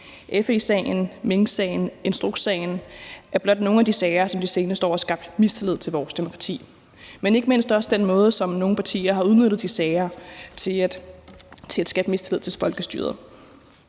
FE-sagen, minksagen og instrukssagen er blot nogle af de sager, som i de seneste år har skabt mistillid til vores demokrati. Ikke mindst er der også den måde, som nogle partier har udnyttet de sager til at skabe mistillid til folkestyret